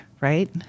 right